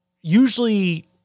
usually